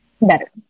better